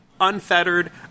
unfettered